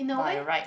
by right